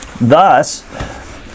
Thus